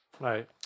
Right